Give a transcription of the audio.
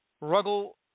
Ruggles